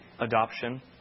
adoption